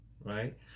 right